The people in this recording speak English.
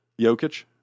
Jokic